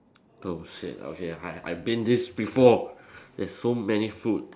oh shit okay I I've been this before there's so many food